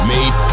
Made